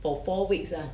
for four weeks ah